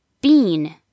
Bean